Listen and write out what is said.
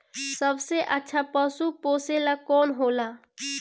सबसे अच्छा पशु पोसेला कौन होला?